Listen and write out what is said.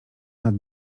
nad